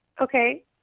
Okay